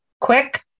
quick